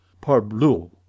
Parbleu